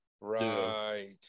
Right